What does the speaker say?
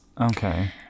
Okay